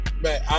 Man